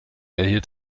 erhielt